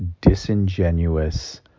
disingenuous